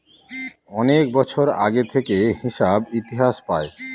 অনেক বছর আগে থেকে হিসাব ইতিহাস পায়